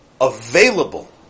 available